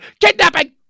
kidnapping